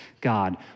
God